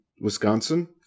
Wisconsin